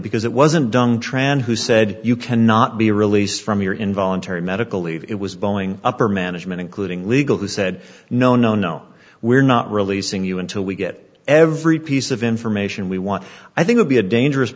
because it wasn't done tran who said you cannot be released from your involuntary medical leave it was boeing upper management including legal who said no no no we're not releasing you until we get every piece of information we want i think would be a dangerous